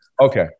Okay